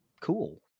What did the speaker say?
cool